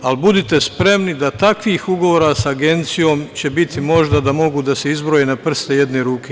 Ali budite spremni da takvih ugovora sa Agencijom će biti možda da mogu da se izbroje na prste jedne ruke.